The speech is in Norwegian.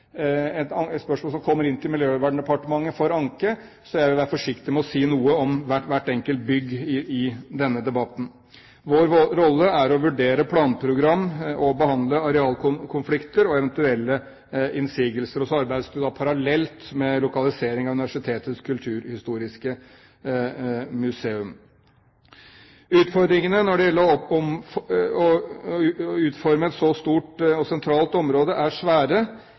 et spørsmål som kommer inn til Miljøverndepartementet for anke. Jeg vil derfor være forsiktig med å si noe om hvert enkelt bygg i denne debatten. Vår rolle er å vurdere planprogram og å behandle arealkonflikter og eventuelle innsigelser. Så arbeides det jo parallelt med lokalisering av Universitetets kulturhistoriske museum. Utfordringene når det gjelder å utforme et så stort og sentralt område, er svære.